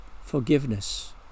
forgiveness